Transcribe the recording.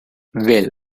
well